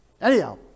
Anyhow